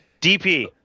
DP